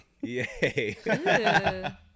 yay